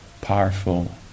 powerful